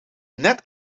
net